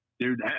Dude